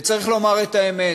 צריך לומר את האמת: